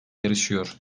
yarışıyor